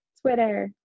Twitter